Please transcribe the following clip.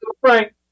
Frank